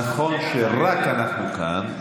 נכון, כי רק אנחנו כאן.